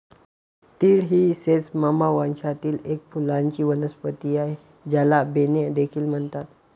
तीळ ही सेसमम वंशातील एक फुलांची वनस्पती आहे, ज्याला बेन्ने देखील म्हणतात